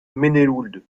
menehould